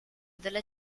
della